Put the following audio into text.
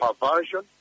perversion